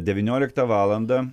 devynioliktą valandą